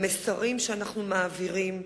למסרים שאנחנו מעבירים,